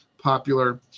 popular